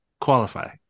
qualify